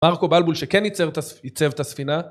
מרקו בלבול שכן ייצב את הספינה